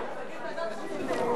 לוועדת החוץ והביטחון.